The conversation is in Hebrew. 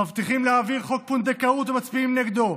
מבטיחים להעביר חוק פונדקאות ומצביעים נגדו.